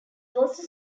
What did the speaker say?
also